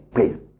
Please